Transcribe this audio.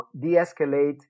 de-escalate